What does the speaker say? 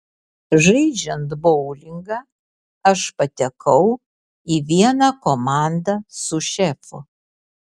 žaidžiant boulingą aš patekau į vieną komandą su šefu